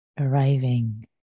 arriving